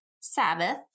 Sabbath